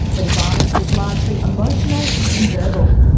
where the violence is largely emotional and verbal.